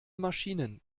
maschinen